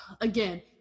again